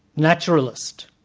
naturalist,